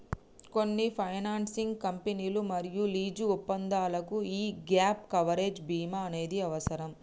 కొన్ని ఫైనాన్సింగ్ కంపెనీలు మరియు లీజు ఒప్పందాలకు యీ గ్యేప్ కవరేజ్ బీమా అనేది అవసరం